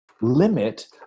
limit